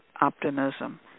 optimism